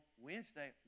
Wednesday